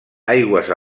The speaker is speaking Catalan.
aigües